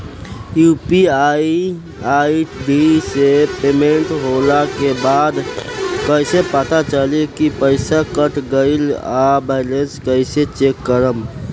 UPI ID से payment होला के बाद कइसे पता चली की पईसा कट गएल आ बैलेंस कइसे चेक करम?